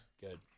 Good